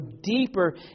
deeper